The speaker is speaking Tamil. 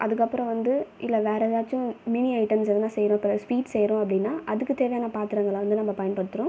அதுக்கப்புறம் வந்து இல்லை வேறு எதாச்சும் மினி ஐட்டம்ஸ் எதனா செய்கிறோம் இப்போ ஸ்வீட் செய்கிறோம் அப்படின்னால் அதுக்குத் தேவையான பாத்திரங்களை வந்து நம்ம பயன்படுத்துகிறோம்